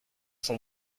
sont